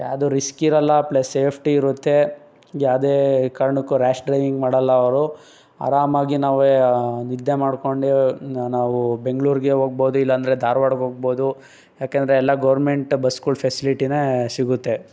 ಯಾವ್ದೂ ರಿಸ್ಕ್ ಇರೋಲ್ಲ plus safety ಇರುತ್ತೆ ಯಾವ್ದೇ ಕಾರಣಕ್ಕೂ ರ್ಯಾಷ್ ಡ್ರೈವಿಂಗ್ ಮಾಡೋಲ್ಲ ಅವರು ಆರಾಮಾಗಿ ನಾವು ನಿದ್ದೆ ಮಾಡ್ಕೊಂಡು ನಾವು ಬೆಂಗ್ಳೂರಿಗೆ ಹೋಗ್ಬೋದು ಇಲ್ಲಾಂದರೆ ಧಾರ್ವಾಡಕ್ಕೆ ಹೋಗ್ಬೋದು ಯಾಕೆಂದರೆ ಎಲ್ಲ ಗೌರ್ಮೆಂಟ್ ಬಸ್ಗಳ ಫೆಸ್ಲಿಟಿಯೇ ಸಿಗುತ್ತೆ